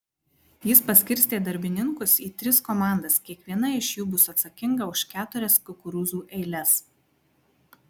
jis paskirstė darbininkus į tris komandas kiekviena iš jų bus atsakinga už keturias kukurūzų eiles